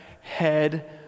head